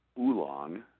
oolong